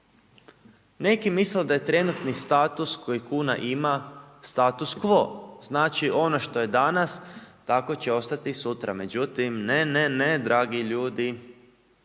Neki misle da je trenutni status, koji kuna ima status quo, znači ono što je danas, tako će ostati i sutra, međutim, ne, ne, ne dragi ljudi.